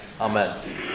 Amen